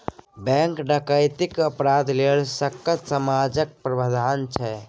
bank डकैतीक अपराध लेल सक्कत सजाक प्राबधान छै